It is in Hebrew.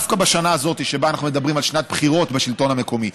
דווקא בשנה הזאת שבה אנחנו מדברים על שנת בחירות בשלטון המקומי,